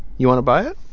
you want to buy it